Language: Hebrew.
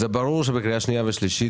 ברור שלקראת הקריאה השנייה והשלישית